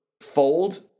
fold